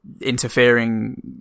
interfering